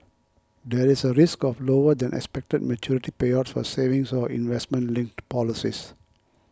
there is a risk of having lower than expected maturity payouts for savings or investment linked policies